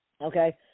Okay